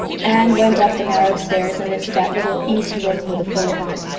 anne went up the narrow stairs and into that little east room with a full heart.